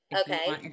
Okay